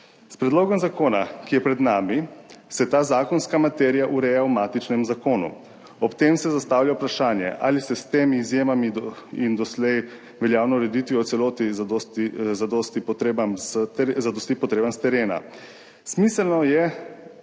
S predlogom zakona, ki je pred nami, se ta zakonska materija ureja v matičnem zakonu. Ob tem se zastavlja vprašanje, ali se s temi izjemami in doslej veljavno ureditvijo v celoti zadosti potrebam s terena. Smiselno se